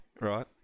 right